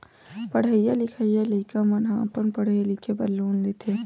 पड़हइया लिखइया लइका मन ह अपन पड़हे लिखे बर लोन लेथे